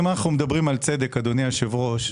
מדברים על צדק, אדוני היושב-ראש,